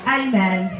amen